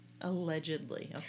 Allegedly